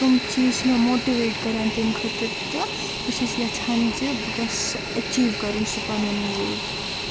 تِم چیٖز چھِ مےٚ موٹِویٹ کران تمہِ خٲطرٕ تہٕ بہٕ چھس یژھان زِ بہٕ گٔژھٕ أیچیٖو کٔرُن سُہ پنُن گول